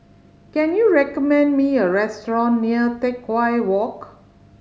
can you recommend me a restaurant near Teck Whye Walk